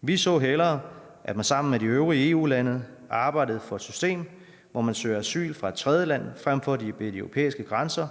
Vi så hellere, at man sammen med de øvrige EU-lande arbejdede for et system, hvor folk søger asyl fra et tredjeland frem for ved de europæiske grænser.